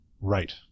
Right